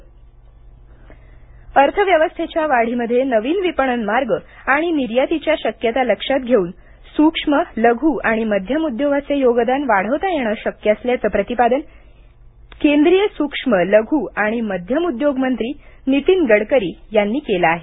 Gadkari flagship outlet अर्थव्यवस्थेच्या वाढीमध्ये नवीन विपणन मार्ग आणि निर्यातीच्या शक्यता लक्षात घेऊन सूक्ष्म लघु आणि मध्यम उद्योगाचे योगदान वाढवता येणे शक्य असल्याचे प्रतिपादन केंद्रीय सूक्ष्म लघु आणि मध्यम उद्योगमंत्री नितीन गडकरी यांनी केले आहे